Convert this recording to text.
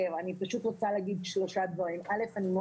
כרגע,